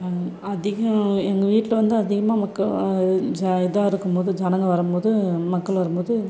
அதிகம் எங்கள் வீட்டில் வந்து அதிகமாக மக்கள் இதாக இருக்கும் போது ஜனங்கள் வரும்போது மக்கள் வரும்போது